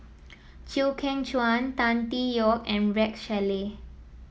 Chew Kheng Chuan Tan Tee Yoke and Rex Shelley